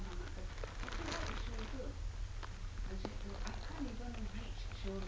sebaliknya penjagaan ini